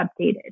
updated